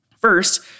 First